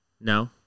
No